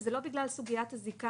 25(א)" זה נצרך פה לא בגלל סוגיית הזיקה